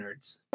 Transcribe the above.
nerds